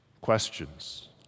questions